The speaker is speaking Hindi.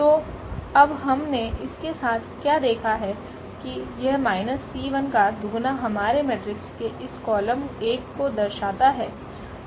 तो अब हमने इसके साथ क्या देखा कि यह माइनस C1 का दुगना हमारे मेट्रिक्स के इस कॉलम 1 को दर्शाता है